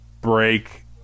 break